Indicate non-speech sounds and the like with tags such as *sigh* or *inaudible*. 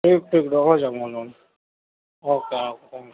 ٹھیک ٹھیک *unintelligible* ہو جائے گا اوکے اوکے